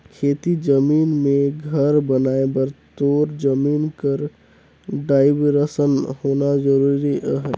खेती जमीन मे घर बनाए बर तोर जमीन कर डाइवरसन होना जरूरी अहे